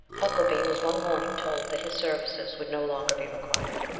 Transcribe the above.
huckelby was one morning told that his services would no longer be required.